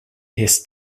his